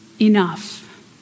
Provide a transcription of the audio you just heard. enough